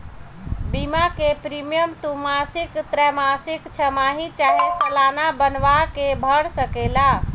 बीमा के प्रीमियम तू मासिक, त्रैमासिक, छमाही चाहे सलाना बनवा के भर सकेला